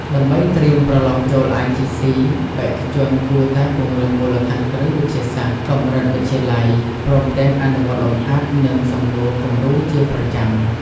ដើម្បីត្រៀមប្រឡងចូល ITC បេក្ខជនគួរតែពង្រឹងមូលដ្ឋានគ្រឹះវិទ្យាសាស្ត្រកម្រិតវិទ្យាល័យ ព្រមទាំងអនុវត្តលំហាត់ និងសំណួរគំរូជាប្រចាំ។